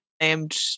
named